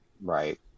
Right